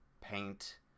Paint